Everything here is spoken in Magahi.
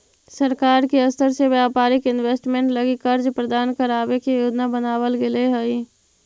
सरकार के स्तर से व्यापारिक इन्वेस्टमेंट लगी कर्ज प्रदान करावे के योजना बनावल गेले हई